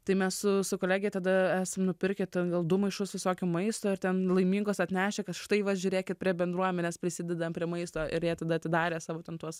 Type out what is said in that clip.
tai mes su su kolege tada esam nupirkęten gal du maišus visokio maisto ir ten laimingos atnešę kad štai va žiūrėkit prie bendruomenės prisidedam prie maisto ir jie tada atidarė ten savo spintos